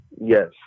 yes